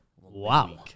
Wow